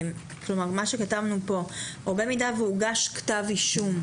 או אם הוגש כתב אישום,